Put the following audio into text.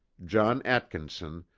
john atkinson,